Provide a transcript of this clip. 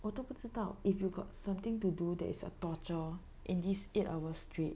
我都不知道 if you got something to do that is a torture in these eight hours straight